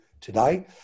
today